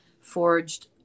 forged